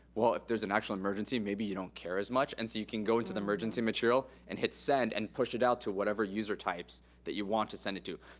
well, if there's an actual emergency, maybe you don't care as much, and so you can go into the emergency material and hit send, and push it out to whatever user types that you want to send it to.